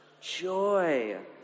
Joy